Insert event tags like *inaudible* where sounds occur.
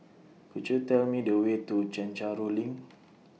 Could YOU Tell Me The Way to Chencharu LINK *noise*